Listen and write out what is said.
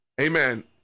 Amen